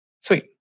sweet